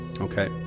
Okay